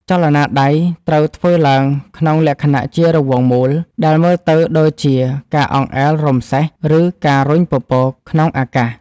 ចលនាដៃត្រូវធ្វើឡើងក្នុងលក្ខណៈជារង្វង់មូល ដែលមើលទៅដូចជាការ អង្អែលរោមសេះ ឬ ការរុញពពក ក្នុងអាកាស។